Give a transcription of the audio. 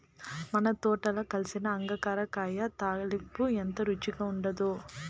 మన తోటల కాసిన అంగాకర కాయ తాలింపు ఎంత రుచిగా ఉండాదో